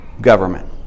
government